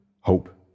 hope